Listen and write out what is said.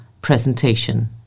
presentation